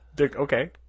Okay